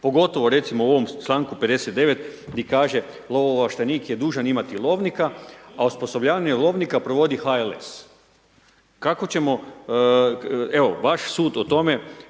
Pogotovo recimo u ovom članku 59. gdje kaže lovo ovlaštenik je dužan imati lovnika, a osposobljavanje lovnika provodi HLS. Kako ćemo evo vaš sud o tome